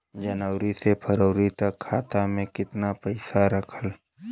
जनवरी से फरवरी तक खाता में कितना पईसा रहल?